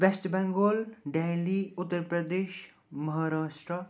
West Bengal Delhi Uttar Pradesh Maharashtra